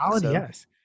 Yes